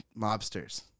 mobsters